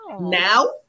Now